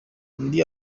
undi